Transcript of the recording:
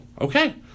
okay